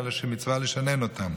אלא שמצווה לשנן אותם,